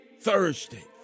Thursday